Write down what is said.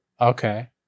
Okay